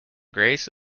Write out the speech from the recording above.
grace